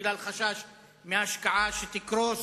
בגלל חשש מהשקעה שתקרוס.